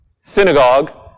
synagogue